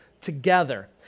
together